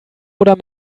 oder